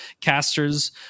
casters